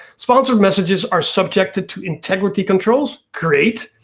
sponsored messages are subject to integrity controls, great.